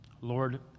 Lord